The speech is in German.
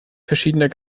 verschiedener